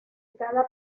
cada